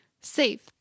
Save